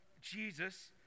Jesus